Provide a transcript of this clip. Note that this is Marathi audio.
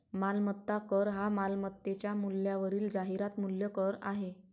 मालमत्ता कर हा मालमत्तेच्या मूल्यावरील जाहिरात मूल्य कर आहे